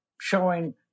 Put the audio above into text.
showing